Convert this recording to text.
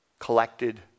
collected